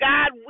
God